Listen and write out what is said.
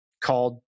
called